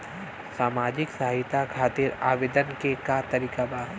सामाजिक सहायता खातिर आवेदन के का तरीका बा?